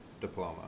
diploma